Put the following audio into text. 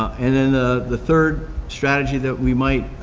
and then ah the third strategy that we might